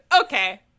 Okay